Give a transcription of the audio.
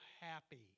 happy